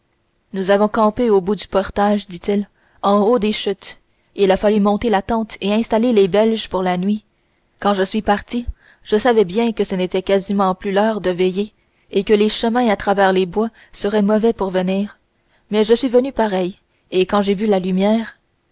nous avons campé au bout du portage dit-il en haut des chutes il a fallu monter la tente et installer les belges pour la nuit quand je suis parti je savais bien que ce n'était quasiment plus l'heure de veiller et que les chemins à travers les bois seraient mauvais pour venir mais je suis venu pareil et quand j'ai vu la lumière